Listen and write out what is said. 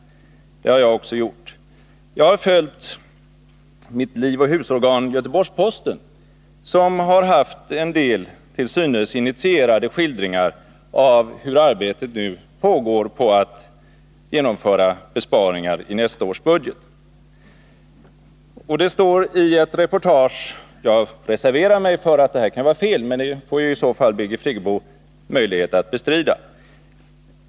Det har också jag gjort. Jag har i mitt livoch husorgan Göteborgs-Posten följt en del åtminstone till synes initierade skildringar av hur arbetet på att genomföra besparingar i nästa års budget nu bedrivs. Jag reserverar mig för att uppgifterna härom kan vara felaktiga, men Birgit Friggebo har i så fall möjlighet att bestrida dem.